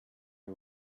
you